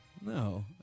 No